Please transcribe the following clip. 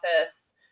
office